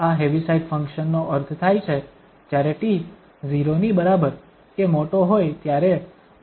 આ Heaviside function નો અર્થ થાય છે જ્યારે t 0 ની બરાબર કે મોટો હોય ત્યારે મૂલ્ય 1 અન્યથા મૂલ્ય 0 હોય છે